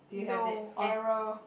no error